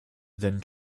then